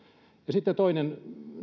sitten toinen